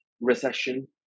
recession